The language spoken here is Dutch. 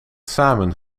samen